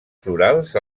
florals